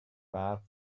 برف